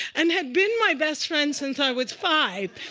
and had been my best friend since i was five.